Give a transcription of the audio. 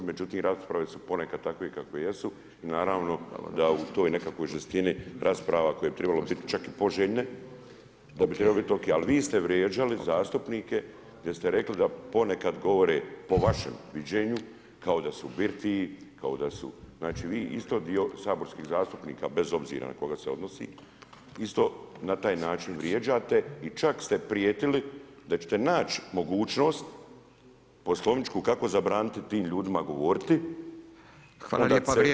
Međutim, rasprave su ponekad takve kakve jesu i naravno da u toj nekakvoj žestini rasprava koje bi tribale biti čak i poželjne, da bi trebale biti o.k. Ali vi ste vrijeđali zastupnike, jer ste rekli da ponekad govore po vašem viđenju kao da su u birtiji, znači vi isto dio saborskih zastupnika bez obzira na koga se odnosi isto na taj način vrijeđate i čak ste prijetili da ćete naći mogućnost poslovničku kako zabraniti tim ljudima govoriti.